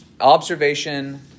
observation